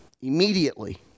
Immediately